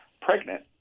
pregnant